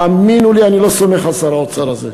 האמינו לי, אני לא סומך על שר האוצר הזה.